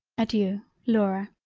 adeiu laura.